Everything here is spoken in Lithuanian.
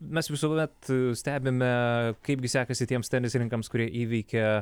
mes visuomet stebime kaipgi sekasi tiems tenisininkams kurie įveikia